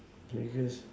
Vegas